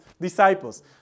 disciples